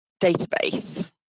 database